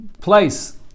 place